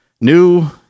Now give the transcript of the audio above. new